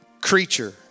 creature